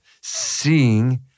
seeing